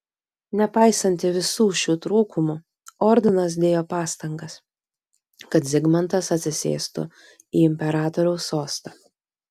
nepaisantį visų šių trūkumų ordinas dėjo pastangas kad zigmantas atsisėstų į imperatoriaus sostą